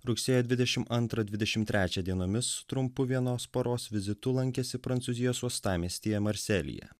rugsėjo dvidešim antrą dvidešim trečią dienomis trumpu vienos paros vizitu lankėsi prancūzijos uostamiestyje marselyje